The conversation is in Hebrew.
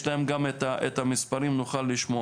יש להם גם את המספרים, נוכל לשמוע.